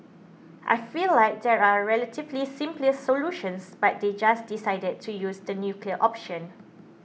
I feel like there are relatively simply solutions but they just decided to use the nuclear option